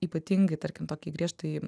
ypatingai tarkim tokiai griežtai